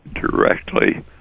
directly